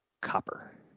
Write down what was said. copper